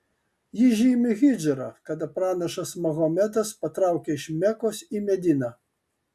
ji žymi hidžrą kada pranašas mahometas patraukė iš mekos į mediną